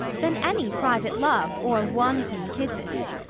than any private love, or wanton kisses.